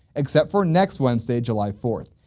except for next wednesday, july fourth.